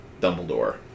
Dumbledore